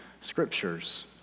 Scriptures